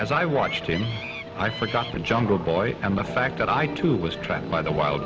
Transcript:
as i watched him i forgot the jungle boy and the fact that i too was trapped by the wild